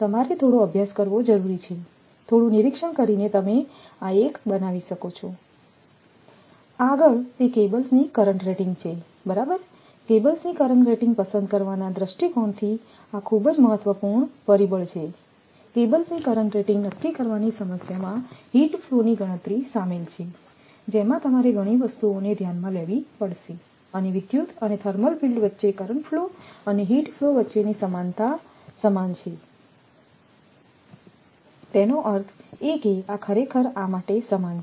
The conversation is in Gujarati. તમારે થોડો અભ્યાસ કરવો જરૂરી છે થોડું નિરીક્ષણ કરીને તમે આ 1 બનાવી શકો છો આગળ તે કેબલ્સની કરંટ રેટિંગ છે બરાબર કેબલ્સની કરંટ રેટિંગ પસંદ કરવાના દૃષ્ટિકોણથી આ ખૂબ જ મહત્વપૂર્ણ પરિબળ છે કેબલ્સની કરંટ રેટિંગ નક્કી કરવાની સમસ્યામાં હિટ ફ્લો ની ગણતરી શામેલ છે જેમાં તમારે ઘણી વસ્તુઓને ધ્યાનમાં લેવી પડશે અને વિદ્યુત અને થર્મલ ફિલ્ડ વચ્ચે કરંટ ફ્લો અને હિટ ફ્લો વચ્ચેની સમાનતા સમાન છે તેનો અર્થ એ કે આ ખરેખર આ માટે સમાન છે